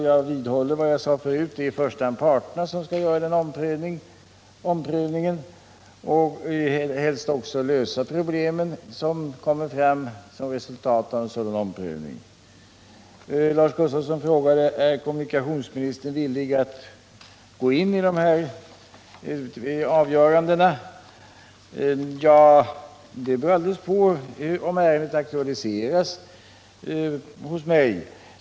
Jag vidhåller vad jag sade förut, att det i första hand är parterna som skall göra denna omprövning och helst också lösa de problem som kommer fram som ett resultat av en sådan omprövning. Vidare frågade Lars Gustafsson: Är kommunikationsministern villig att gå in i de här avgörandena? Det beror alldeles på om ärendet aktualiseras hos mig.